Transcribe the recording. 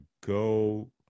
go